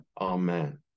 amen